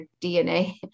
DNA